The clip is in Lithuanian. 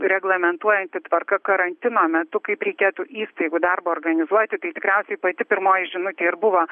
reglamentuojanti tvarką karantino metu kaip reikėtų įstaigų darbą organizuoti tai tikriausiai pati pirmoji žinutė ir buvo